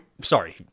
sorry